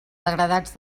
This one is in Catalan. degradats